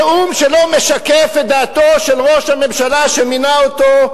נאום שלא משקף את דעתו של ראש הממשלה שמינה אותו,